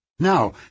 Now